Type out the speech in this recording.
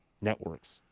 networks